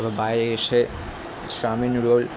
এবার বাইরে এসে চাউমিন রোল